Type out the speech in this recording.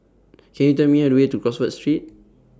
Can YOU Tell Me The Way to Crawford Street